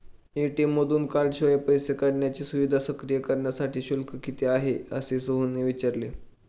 ATM मधून कार्डशिवाय पैसे काढण्याची सुविधा सक्रिय करण्यासाठी शुल्क किती आहे, असे सोहनने विचारले